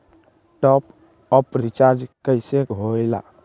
Top up recharge कइसे होएला?